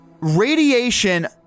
Radiation